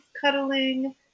cuddling